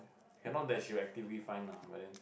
cannot there show activity find now wouldn't